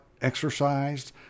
exercised